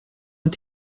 und